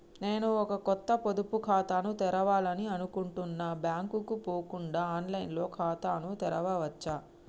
నేను ఒక కొత్త పొదుపు ఖాతాను తెరవాలని అనుకుంటున్నా బ్యాంక్ కు పోకుండా ఆన్ లైన్ లో ఖాతాను తెరవవచ్చా?